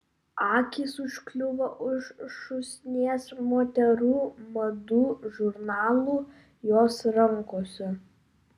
akys užkliuvo už šūsnies moterų madų žurnalų jos rankose